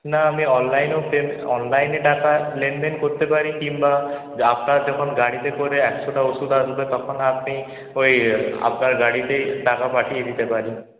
না আমি অনলাইনেও পে অনলাইনে টাকা লেনদেন করতে পারি কিংবা ডাক্তার যখন গাড়িতে করে একশোটা ওষুধ আনবে তখন আপনি ওই আপনার গাড়িতেই টাকা পাঠিয়ে দিতে পারি